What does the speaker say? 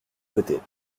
côtés